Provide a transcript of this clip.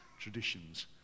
traditions